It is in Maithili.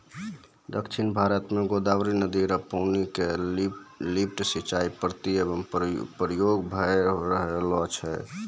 दक्षिण भारत म गोदावरी नदी र पानी क लिफ्ट सिंचाई पद्धति म प्रयोग भय रहलो छै